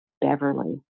Beverly